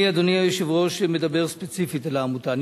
אני, אדוני היושב-ראש, מדבר ספציפית על העמותה.